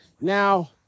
Now